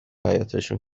حیاطشون